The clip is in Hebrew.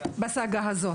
בסאגה הזאת.